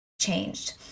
changed